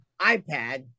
iPad